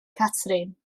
catrin